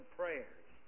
prayers